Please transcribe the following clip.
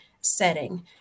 setting